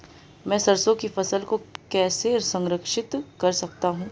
मैं सरसों की फसल को कैसे संरक्षित कर सकता हूँ?